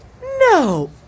No